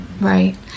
right